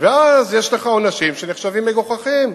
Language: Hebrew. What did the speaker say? ואז יש לך עונשים שנחשבים מגוחכים.